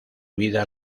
vida